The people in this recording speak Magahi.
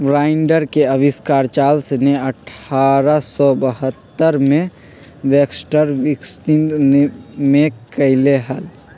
बाइंडर के आविष्कार चार्ल्स ने अठारह सौ बहत्तर में बैक्सटर विथिंगटन में कइले हल